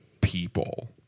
people